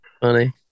funny